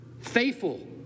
faithful